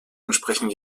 entsprechen